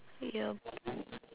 your b~